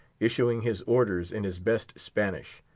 issuing his orders in his best spanish.